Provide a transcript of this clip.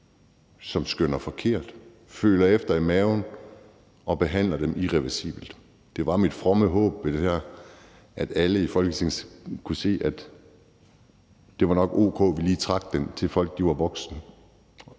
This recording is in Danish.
som skønner forkert, føler efter i maven og behandler dem irreversibelt. Det var mit fromme håb med det her, at alle i Folketingssalen kunne se, at det nok var o.k., at vi lige trak den, til at folk var voksne,